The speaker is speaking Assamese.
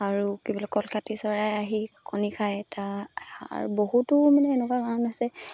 আৰু কি বুলি কলখাতি চৰায়ে আহি কণী খায় এটা বহুতো মানে এনেকুৱা কাৰণ আছে